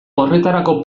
horretarako